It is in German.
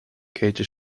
kälte